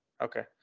Okay